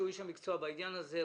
שהוא איש המקצוע בעניין הזה,